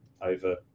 over